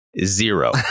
Zero